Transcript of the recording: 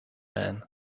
man